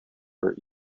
for